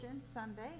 Sunday